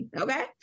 okay